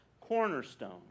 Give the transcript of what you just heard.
cornerstone